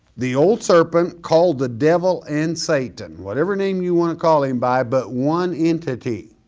the old serpent, called the devil and satan, whatever name you wanna call him by, but one entity,